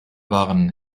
waren